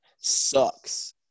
sucks